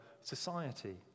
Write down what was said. society